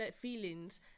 feelings